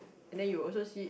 and then you will also see